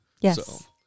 Yes